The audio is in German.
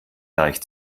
deich